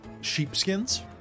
sheepskins